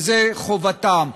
וזו חובתם.